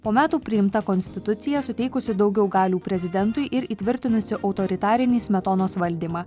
po metų priimta konstitucija suteikusi daugiau galių prezidentui ir įtvirtinusi autoritarinį smetonos valdymą